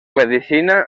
medicina